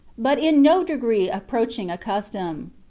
but in no degree approaching a custom.